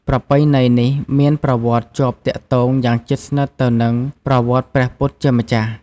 ប្រពៃណីនេះមានប្រវត្តិជាប់ទាក់ទងយ៉ាងជិតស្និទ្ធទៅនឹងប្រវត្តិព្រះពុទ្ធជាម្ចាស់។